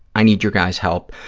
i need your guys' help,